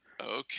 okay